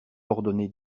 ordonné